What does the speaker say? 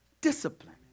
discipline